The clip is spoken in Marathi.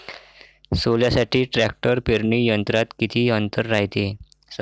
सोल्यासाठी ट्रॅक्टर पेरणी यंत्रात किती अंतर रायते?